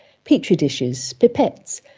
petri dishes, pipettes,